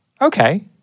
Okay